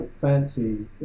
fancy